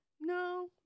No